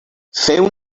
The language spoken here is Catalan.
feu